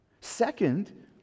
Second